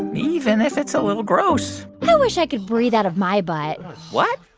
even if it's a little gross i wish i could breathe out of my butt what?